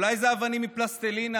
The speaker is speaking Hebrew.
אולי אלה אבנים מפלסטלינה?